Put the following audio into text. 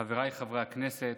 חבריי חברי הכנסת,